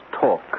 talk